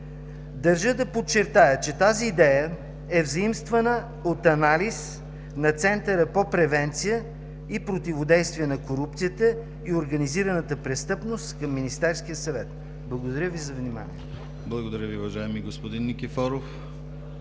Държа да подчертая, че тази идея е заимствана от анализ на Центъра по превенция и противодействие на корупцията и организираната престъпност към Министерския съвет. Благодаря Ви за вниманието. ПРЕДСЕДАТЕЛ ДИМИТЪР ГЛАВЧЕВ: Благодаря Ви, уважаеми господин Никифоров.